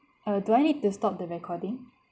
uh do I need to stop the recording